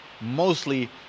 mostly